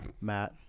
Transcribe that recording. matt